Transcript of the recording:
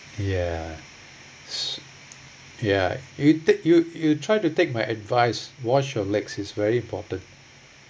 ya s~ ya you take you you try to take my advise wash your legs it's very important